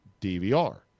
DVR